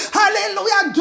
hallelujah